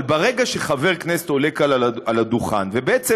אבל ברגע שחבר כנסת עולה כאן על הדוכן ובעצם,